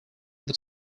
that